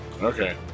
Okay